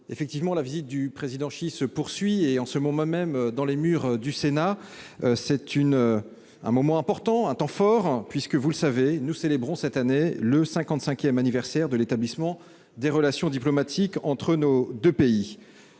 Guerriau, la visite du président Xi se poursuit en ce moment même dans les murs du Sénat. C'est un moment important, un temps fort, puisque, vous le savez, nous célébrons cette année le cinquante-cinquième anniversaire de l'établissement des relations diplomatiques entre nos deux pays.